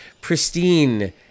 pristine